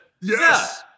Yes